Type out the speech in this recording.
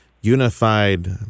unified